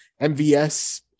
MVS